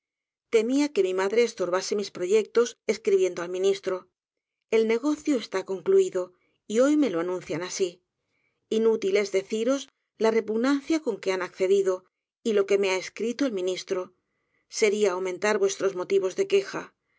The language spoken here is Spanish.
temia que mi madre estorbase mis proyectos escribiendo al ministro el negocio está ya concluido y boy me lo anuncian asi inútil es deciros la repugnancia con que han accedido y lo que me ha escrito el raimstro seria aumentar vuestros motivos de queja